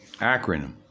acronym